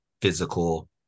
physical